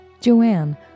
Joanne